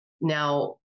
Now